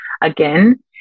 again